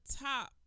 top